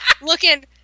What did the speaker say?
looking